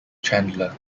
chandler